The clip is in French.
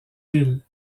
ville